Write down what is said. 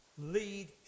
lead